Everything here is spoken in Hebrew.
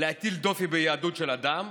להטיל דופי ביהדות של אדם,